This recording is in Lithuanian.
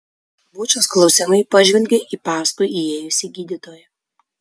bučas klausiamai pažvelgė į paskui įėjusį gydytoją